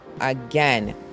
Again